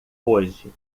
hoje